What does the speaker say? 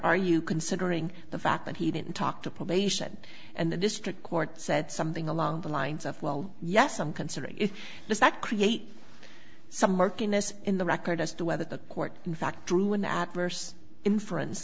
are you considering the fact that he didn't talk to probation and the district court said something along the lines of well yes i'm considering does that create some marking this in the record as to whether the court in fact drew an adverse inferen